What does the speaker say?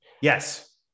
Yes